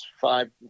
five